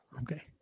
Okay